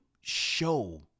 show